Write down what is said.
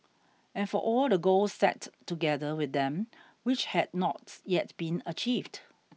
and for all the goals set together with them which had not yet been achieved